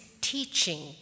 teaching